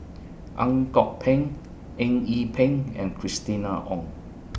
Ang Kok Peng Eng Yee Peng and Christina Ong